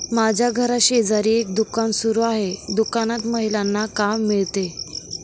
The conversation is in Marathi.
माझ्या घराशेजारी एक दुकान सुरू आहे दुकानात महिलांना काम मिळते